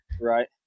Right